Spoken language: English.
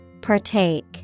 Partake